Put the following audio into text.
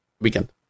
weekend